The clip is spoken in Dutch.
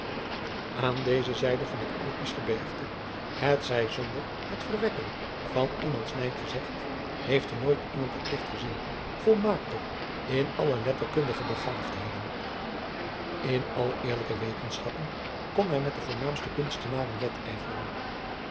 an deze zijde van het lpisch driaan oosjes zn et leven van aurits ijnslager gebergte het zij zonder het verwekken van iemands nijd gezegd heeft er nooit iemand het licht gezien volmaakter in alle letterkundige begaafdheden n alle eerlijke wetenschappen kon hij met de voornaamste kunstenaren wedijveren